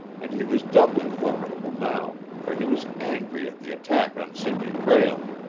and he was doubly formidable now, for he was angry at the attack on sidney prale.